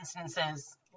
instances